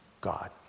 God